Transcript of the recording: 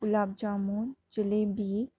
गुलाब jamun jalebi